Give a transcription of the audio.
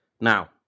Now